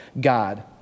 God